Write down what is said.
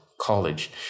college